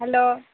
hello